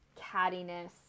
cattiness